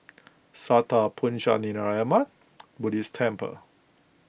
Sattha Puchaniyaram Buddhist Temple